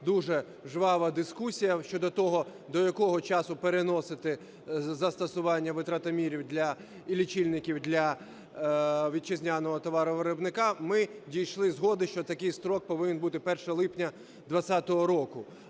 дуже жвава дискусія щодо того, до якого часу переносити застосування витратомірів для, і лічильників, для вітчизняного товаровиробника. Ми дійшли згоди, що такий строк повинен бути - 1 липня 20-го року,